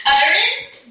Utterance